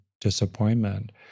disappointment